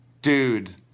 Dude